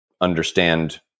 understand